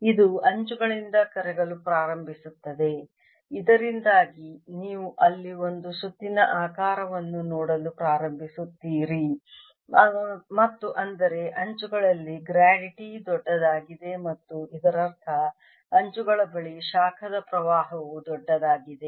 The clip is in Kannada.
ಇದು ಅಂಚುಗಳಿಂದ ಕರಗಲು ಪ್ರಾರಂಭಿಸುತ್ತದೆ ಇದರಿಂದಾಗಿ ನೀವು ಅಲ್ಲಿ ಒಂದು ಸುತ್ತಿನ ಆಕಾರವನ್ನು ನೋಡಲು ಪ್ರಾರಂಭಿಸುತ್ತೀರಿ ಮತ್ತು ಅಂದರೆ ಅಂಚುಗಳಲ್ಲಿ ಗ್ರಾಡ್ T ದೊಡ್ಡದಾಗಿದೆ ಮತ್ತು ಇದರರ್ಥ ಅಂಚುಗಳ ಬಳಿ ಶಾಖದ ಪ್ರವಾಹವು ದೊಡ್ಡದಾಗಿದೆ